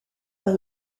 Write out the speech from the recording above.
par